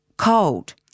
Cold